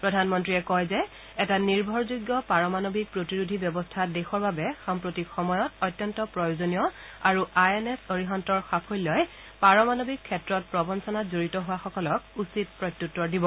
প্ৰধানমন্ত্ৰীয়ে কয় যে এটা নিৰ্ভৰযোগ্য পাৰমাণৱিক প্ৰতিৰোধী ব্যৱস্থা দেশৰ বাবে সাম্প্ৰতিক সময়ত অত্যন্ত প্ৰয়োজনীয় আৰু আই এন এছ্ এৰিহাণ্টৰ সাফল্যই পাৰমাণৱিক ক্ষেত্ৰত প্ৰৱঞ্ণনাত জড়িত হোৱা সকলক উচিত প্ৰত্যুত্বৰ দিব